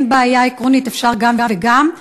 אין בעיה עקרונית, אפשר גם וגם?